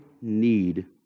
need